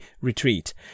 retreat